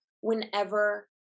whenever